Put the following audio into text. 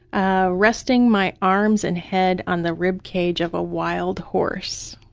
ah resting my arms and head on the ribcage of a wild horse.